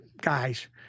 guys